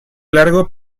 largo